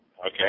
Okay